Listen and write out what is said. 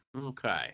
okay